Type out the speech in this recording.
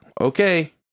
okay